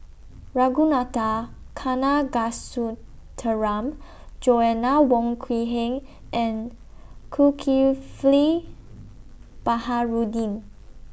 Ragunathar Kanagasuntheram Joanna Wong Quee Heng and Zulkifli Baharudin